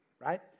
Right